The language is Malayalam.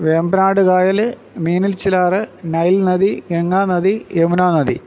വേമ്പനാട് കായൽ മീനച്ചിലാർ നൈൽ നദി ഗംഗാനദി യമുനാ നദി